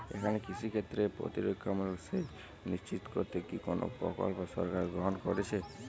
এখানে কৃষিক্ষেত্রে প্রতিরক্ষামূলক সেচ নিশ্চিত করতে কি কোনো প্রকল্প সরকার গ্রহন করেছে?